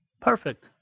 perfect